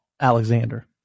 Alexander